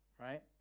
right